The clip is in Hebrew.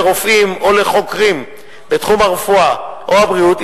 לרופאים או לחוקרים בתחום הרפואה או הבריאות,